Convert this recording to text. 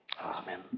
Amen